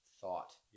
thought